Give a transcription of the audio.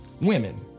Women